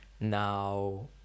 Now